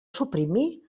suprimir